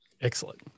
excellent